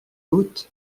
doute